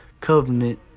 covenant